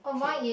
okay